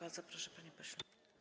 Bardzo proszę, panie pośle.